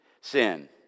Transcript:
sin